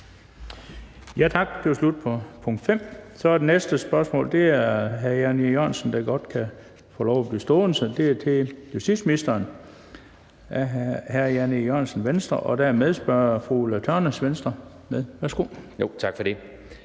Tak. Det var slut på punkt 5. Det næste spørgsmål er af hr. Jan E. Jørgensen, der godt kan få lov at blive stående. Det er til justitsministeren af hr. Jan E. Jørgensen, Venstre, og der er medspørger fru Ulla Tørnæs, Venstre. Kl. 13:20 Spm.